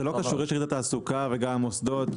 זה לא משנה, יש יריד התעסוקה וגם מוסדות.